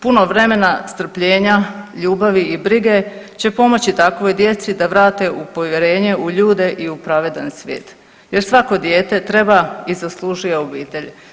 Puno vremena, strpljenja, ljubavi i brige će pomoći takvoj djeci da vrate povjerenje u ljude i u pravedan svijet jer svako dijete treba i zaslužuje obitelj.